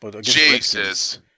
Jesus